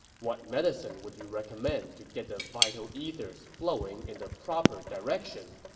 what medicine would you recommend to get the vital ethers flowing in the proper direction?